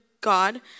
God